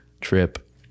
trip